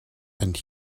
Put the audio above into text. and